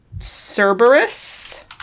Cerberus